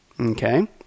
okay